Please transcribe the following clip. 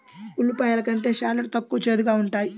ఉల్లిపాయలు కంటే షాలోట్ తక్కువ చేదుగా ఉంటాయి